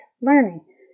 learning